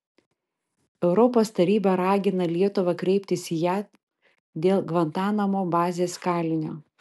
europos taryba ragina lietuvą kreiptis į jav dėl gvantanamo bazės kalinio